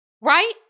right